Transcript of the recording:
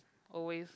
always